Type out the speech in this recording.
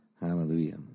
Hallelujah